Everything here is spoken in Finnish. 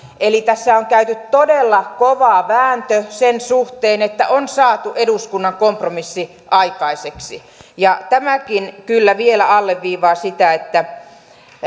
eli tässä on käyty todella kova vääntö sen suhteen että on saatu eduskunnan kompromissi aikaiseksi tämäkin kyllä vielä alleviivaa sitä että